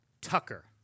Tucker